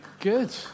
good